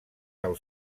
del